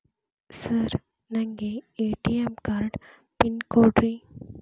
Sir ನನಗೆ ATM card pin ಕೊಡ್ರಿ?